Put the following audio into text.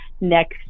next